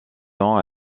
ans